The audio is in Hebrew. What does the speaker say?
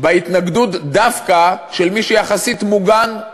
בהתנגדות דווקא של מי שיחסית מוגן.